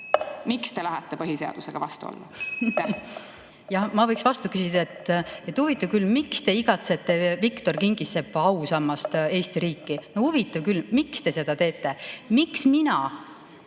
Miks te lähete põhiseadusega vastuollu? Jah, ma võiksin vastu küsida, et huvitav küll, miks te igatsete Viktor Kingissepa ausammast Eesti riiki. Huvitav küll, miks te seda teete? Miks mina